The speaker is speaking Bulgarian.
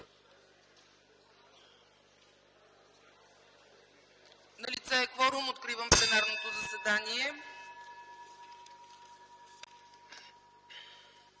Налице е кворум, откривам пленарното заседание.